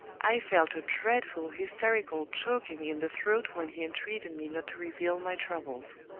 i felt a dreadful hysterical choking in the throat when he entreated me not to reveal my troubles.